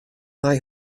nei